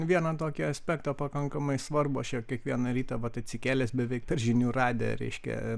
vieną tokį aspektą pakankamai svarbų aš čia kiekvieną rytą vat atsikėlęs beveik per žinių radiją reiškia